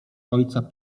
ojca